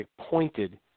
pointed